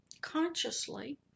consciously